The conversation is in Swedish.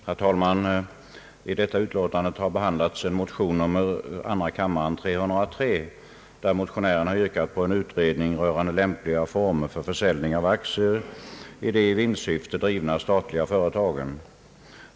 Herr talman! I statsutskottets utlåtande nr 39 har motion II: 303 behandlats, i vilken motionärerna yrkat på en utredning rörande lämpliga former för försäljning av aktier i de i vinstsyfte drivna statliga företagen.